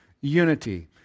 unity